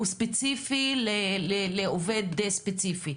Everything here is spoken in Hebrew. הוא ספציפי לעובד ספציפי.